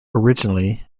originally